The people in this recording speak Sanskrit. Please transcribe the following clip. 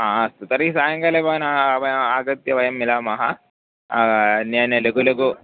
हा अस्तु तर्हि सायङ्काले भवान् आगत्य वयं मिलामः अन्यान्य लघु लघु